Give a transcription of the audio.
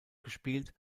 gespielt